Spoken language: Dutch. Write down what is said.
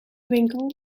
winkel